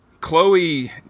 chloe